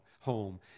home